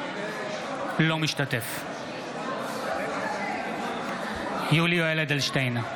אינו משתתף בהצבעה יולי יואל אדלשטיין,